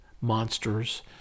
monsters